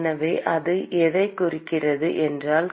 எனவே அது எதைக் குறிக்கிறது என்றால்